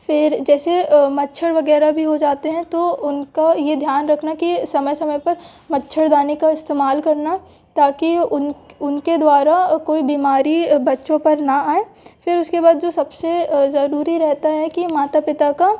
फिर जैसे मच्छर वगैरह भी हो जाते हैं उनका ये ध्यान रखना कि समय समय पर मच्छरदानी का इस्तेमाल करना ताकि उनके द्वारा कोई बीमारी बच्चों पर ना आए फिर उसके बाद जो सबसे ज़रूरी रहता है कि माता पिता का